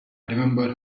remember